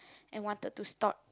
and wanted to start